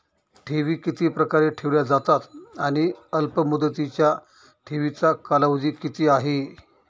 ठेवी किती प्रकारे ठेवल्या जातात आणि अल्पमुदतीच्या ठेवीचा कालावधी किती आहे?